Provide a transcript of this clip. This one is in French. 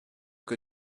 que